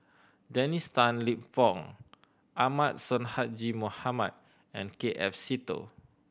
Dennis Tan Lip Fong Ahmad Sonhadji Mohamad and K F Seetoh